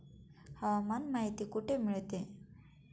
हवामान माहिती कुठे मिळते?